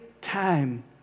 time